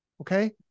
Okay